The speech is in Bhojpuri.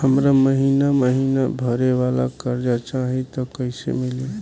हमरा महिना महीना भरे वाला कर्जा चाही त कईसे मिली?